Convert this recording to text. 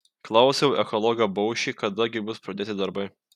klausiau ekologą baušį kada gi bus pradėti darbai